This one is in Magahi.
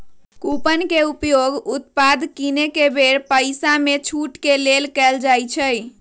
कूपन के उपयोग उत्पाद किनेके बेर पइसामे छूट के लेल कएल जाइ छइ